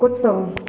कुतो